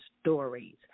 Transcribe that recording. stories